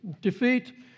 defeat